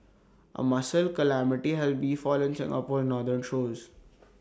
A mussel calamity has befallen Singapore's northern shores